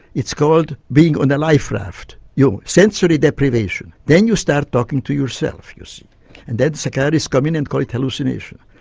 it's called being on a life-raft, your sensory deprivation, then you start talking to yourself so and then psychiatrists come in and call it hallucination.